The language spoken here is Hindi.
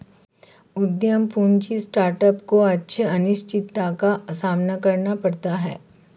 उद्यम पूंजी स्टार्टअप को उच्च अनिश्चितता का सामना करना पड़ता है